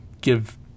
give